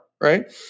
right